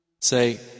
Say